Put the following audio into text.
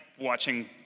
watching